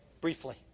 briefly